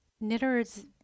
knitters